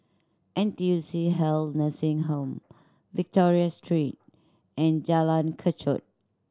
N T U C Health Nursing Home Victoria Street and Jalan Kechot